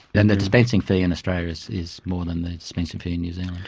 and the dispensing fee in australia is is more than the dispensing fee in new zealand.